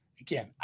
again